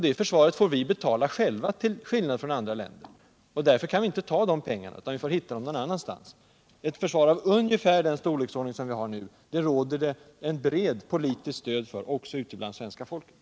Det försvaret får vi betala själva till skillnad från andra länder, och därför kan vi inte ta pengarna från försvaret utan får försöka hitta dem någon annanstans. Ett försvar av ungefär den storlek som vi har nu finns det ett brett politiskt stöd för, också ute hos svenska folket.